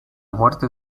muerte